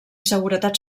seguretat